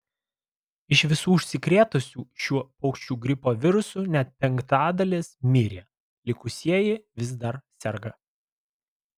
iš visų užsikrėtusių šiuo paukščių gripo virusu net penktadalis mirė likusieji vis dar serga